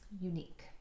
unique